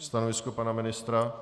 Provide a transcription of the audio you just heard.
Stanovisko pana ministra?